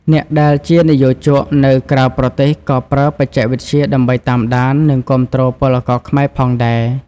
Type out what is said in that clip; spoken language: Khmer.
អ្នកដែលជានិយោជកនៅក្រៅប្រទេសក៏ប្រើបច្ចេកវិទ្យាដើម្បីតាមដាន និងគាំទ្រពលករខ្មែរផងដែរ។